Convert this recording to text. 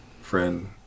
friend